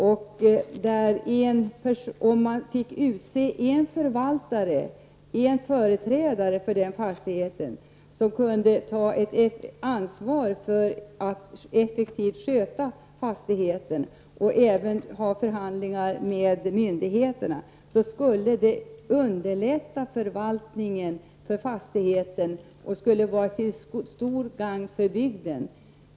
Om man för dessa fastigheter fick utse en förvaltare, en företrädare som kunde ta ansvar för att effektivt sköta dem och även sköta förhandlingar med myndigheter, då skulle det underlätta förvaltningen för fastigheterna och vara till stort gagn för bygden.